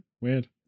weird